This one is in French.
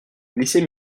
laissez